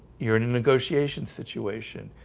you're in a negotiation situation.